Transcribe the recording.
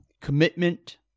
commitment